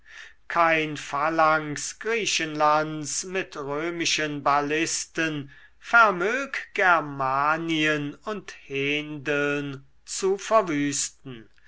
kein phalanx griechenlands mit römischen ballisten vermög germanien und hendeln zu verwüsten